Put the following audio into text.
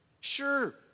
Sure